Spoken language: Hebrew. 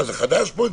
זה חדש פה אצלי?